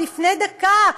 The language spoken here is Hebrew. לפני דקה,